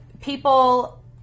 People